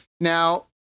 Now